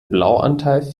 blauanteil